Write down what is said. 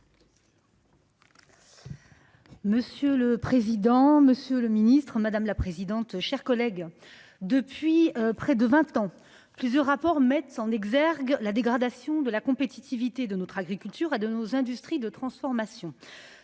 Monsieur le président, Monsieur le Ministre, madame la présidente, chers collègues. Depuis près de 20 ans. Plusieurs rapports mettent en exergue la dégradation de la compétitivité de notre agriculture à de nos industries de transformation.